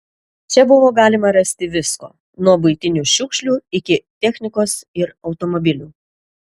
čia buvo galima rasti visko nuo buitinių šiukšlių iki technikos ir automobilių